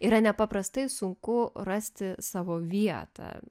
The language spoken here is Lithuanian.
yra nepaprastai sunku rasti savo vietą